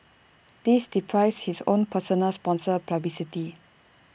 this deprives his own personal sponsor publicity